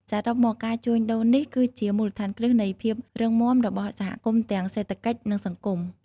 សរុបមក ការជួញដូរនេះគឺជាមូលដ្ឋានគ្រឹះនៃភាពរឹងមាំរបស់សហគមន៍ទាំងសេដ្ឋកិច្ចនិងសង្គម។